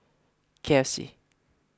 K F C